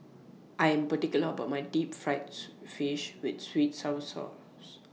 I Am particular about My Deep Fried Soup Fish with Sweet and Sour Sauce